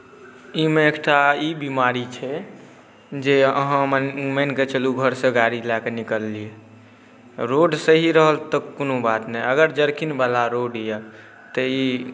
एहिमे एकटा ई बीमारी छै जे अहाँ मानिकऽ चलू घरसँ गाड़ी लऽ कऽ निकललिए रोड सही रहल तऽ कोनो बात नहि अगर जर्किङ्गवला रोड अइ तऽ ई